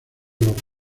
los